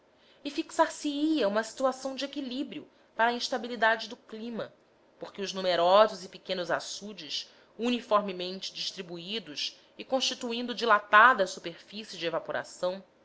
e fixar se ia uma situação de equilíbrio para a instabilidade do clima porque os numerosos e pequenos açudes uniformemente distribuídos e constituindo dilatada superfície de evaporação